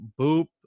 boop